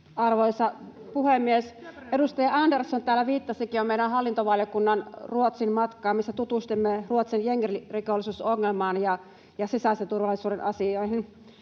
Arvoisa puhemies! Edustaja Andersson täällä viittasikin jo meidän hallintovaliokunnan Ruotsin matkaan, missä tutustuimme Ruotsin jengirikollisuusongelmaan ja sisäisen turvallisuuden asioihin.